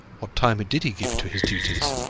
what time did he give to his duties?